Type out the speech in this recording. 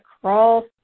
crawl